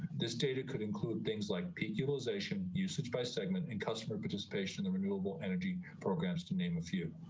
this data could include things like peak utilization usage by segment and customer participation and renewable energy programs to name a few.